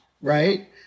right